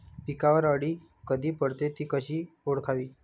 पिकावर अळी कधी पडते, ति कशी ओळखावी?